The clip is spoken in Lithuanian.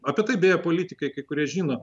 apie tai beje politikai kai kurie žino